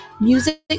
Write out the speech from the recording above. music